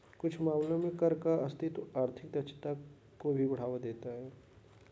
कुछ मामलों में कर का अस्तित्व आर्थिक दक्षता को भी बढ़ावा देता है